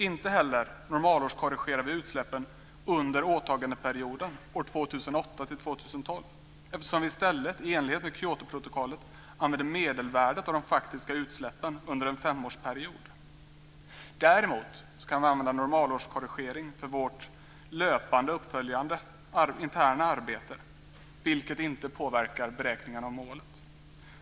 Inte heller normalårskorrigerar vi utsläppen under åtagandeperioden år 2008-2012 eftersom vi i stället i enlighet med Kyotoprotokollet använder medelvärdet av de faktiska utsläppen under en femårsperiod. Däremot kan vi använda normalårskorrigering för vårt löpande och uppföljande interna arbete, vilket inte påverkar beräkningarna av målet.